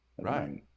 Right